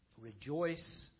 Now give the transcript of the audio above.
rejoice